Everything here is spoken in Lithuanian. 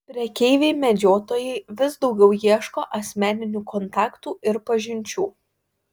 prekeiviai medžiotojai vis daugiau ieško asmeninių kontaktų ir pažinčių